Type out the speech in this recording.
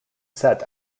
set